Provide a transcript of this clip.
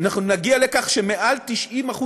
נגיע לכך שמעל 90%,